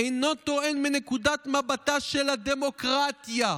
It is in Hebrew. אינו טוען מנקודת מבטה של הדמוקרטיה,